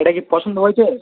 এটা কি পছন্দ হয়েছে